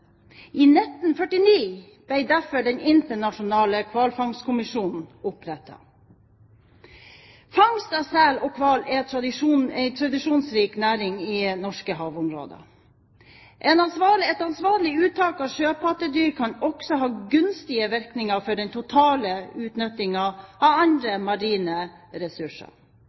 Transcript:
I 1949 ble derfor Den internasjonale hvalfangstkommisjonen opprettet. Fangst av sel og hval er en tradisjonsrik næring i norske havområder. Et ansvarlig uttak av sjøpattedyr kan også ha gunstige virkninger for den totale utnyttingen av andre marine ressurser.